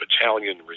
battalion